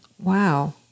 Wow